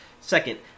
Second